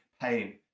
pain